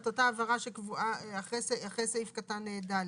את אותה הבהרה שקבועה אחרי סעיף קטן (ד).